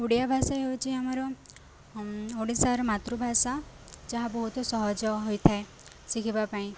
ଓଡ଼ିଆ ଭାଷା ହେଉଛି ଆମର ଓଡ଼ିଶାର ମାତୃଭାଷା ଯାହା ବହୁତ ସହଜ ହୋଇଥାଏ ଶିଖିବା ପାଇଁ